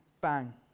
bang